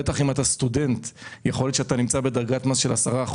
סטודנט שיכול להיות שנמצא בדרגת מס של 10%,